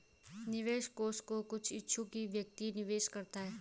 निवेश कोष में कुछ इच्छुक व्यक्ति ही निवेश करता है